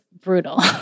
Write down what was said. brutal